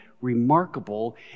remarkable